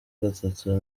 gatatu